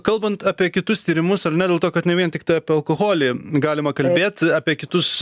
kalbant apie kitus tyrimus ar ne dėl to kad ne vien tiktai apie alkoholį galima kalbėt apie kitus